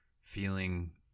feeling